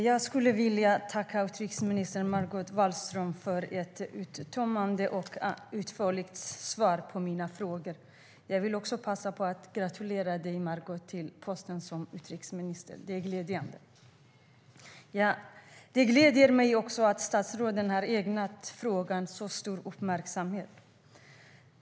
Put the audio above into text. Herr talman! Jag vill tacka utrikesminister Margot Wahlström för ett uttömmande och utförligt svar på mina frågor. Jag vill också passa på att gratulera dig, Margot, till posten som utrikesminister. Det gläder mig att statsrådet har ägnat frågan så stor uppmärksamhet.